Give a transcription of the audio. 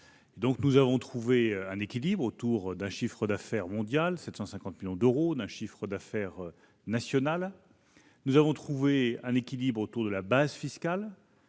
Nous avons trouvé un équilibre autour d'un chiffre d'affaires mondial de 750 millions d'euros et d'un chiffre d'affaires national de 25 millions d'euros. Nous avons trouvé un équilibre autour de la base fiscale,